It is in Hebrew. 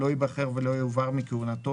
לא ייבחר ולא יועבר מכהונתו,